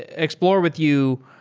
explore with you,